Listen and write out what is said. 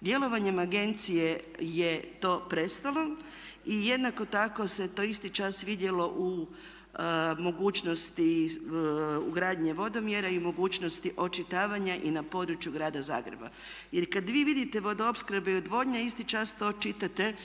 Djelovanjem agencije je to prestalo. I jednako tako se to isti čas vidjelo u mogućnosti ugradnje vodomjera i mogućnosti očitavanja i na području Grada Zagreba. Jer kad vi vidite Vodoopskrba i odvodnja isti čas to čitate